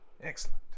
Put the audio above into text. Excellent